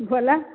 बोलऽ